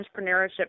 entrepreneurship